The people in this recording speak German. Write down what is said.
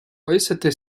äußerte